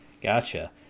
Gotcha